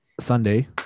Sunday